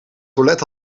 toilet